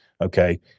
Okay